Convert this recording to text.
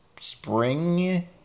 spring